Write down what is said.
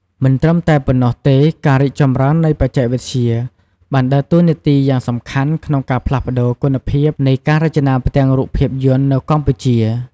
មិនត្រឹមតែប៉ុណ្ណោះទេការរីកចម្រើននៃបច្ចេកវិទ្យាបានដើរតួនាទីយ៉ាងសំខាន់ក្នុងការផ្លាស់ប្ដូរគុណភាពនៃការរចនាផ្ទាំងរូបភាពយន្តនៅកម្ពុជា ។